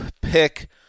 pick